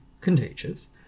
contagious